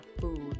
food